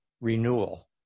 renewal